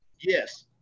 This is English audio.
Yes